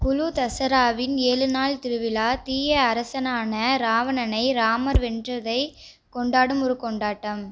குலு தசராவின் ஏழு நாள் திருவிழா தீய அரசனான ராவணனை ராமர் வென்றதைக் கொண்டாடும் ஒரு கொண்டாட்டம்